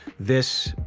this